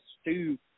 stew